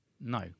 No